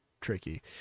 tricky